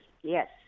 yes